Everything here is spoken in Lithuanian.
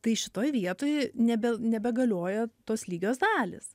tai šitoj vietoj nebe nebegalioja tos lygios dalys